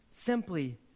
simply